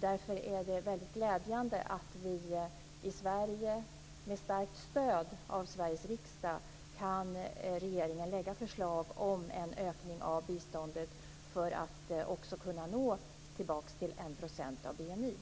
Därför är det glädjande att regeringen, med starkt stöd av Sveriges riksdag, kan lägga fram förslag om en ökning av biståndet för att också kunna nå tillbaka till 1 % av BNI.